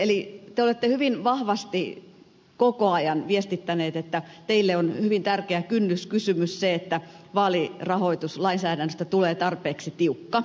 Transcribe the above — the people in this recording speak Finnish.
eli te olette hyvin vahvasti koko ajan viestittäneet että teille on hyvin tärkeä kynnyskysymys se että vaalirahoituslainsäädännöstä tulee tarpeeksi tiukka